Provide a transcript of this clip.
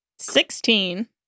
Sixteen